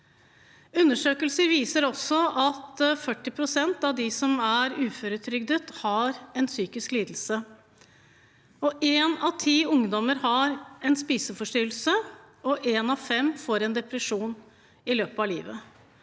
Undersøkelser viser også at 40 pst. av dem som er uføretrygdet, har en psykisk lidelse. Én av ti ungdommer har en spiseforstyrrelse, og én av fem får en depresjon i løpet av livet.